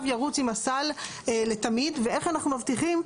ירוץ עם הסל לתמיד ואיך אנחנו מבטיחים,